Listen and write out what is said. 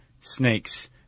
snakes